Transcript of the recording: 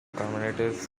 communities